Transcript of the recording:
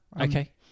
Okay